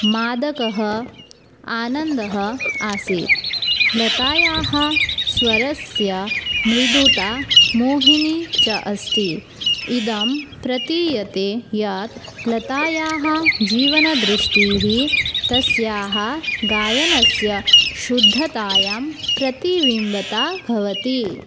मादकः आनन्दः आसीत् लतायाः स्वरस्य मृदुता मोहिनी च अस्ति इदं प्रतीयते यत् लतायाः जीवनदृष्टिः तस्याः गायनस्य शुद्धतायां प्रतिबिम्बता भवति